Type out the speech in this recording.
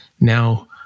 Now